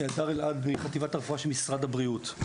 בבקשה.